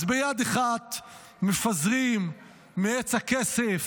אז ביד אחת מפזרים מעץ הכסף